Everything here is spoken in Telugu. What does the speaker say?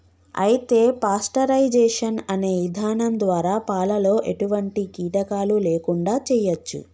అయితే పాస్టరైజేషన్ అనే ఇధానం ద్వారా పాలలో ఎటువంటి కీటకాలు లేకుండా చేయచ్చు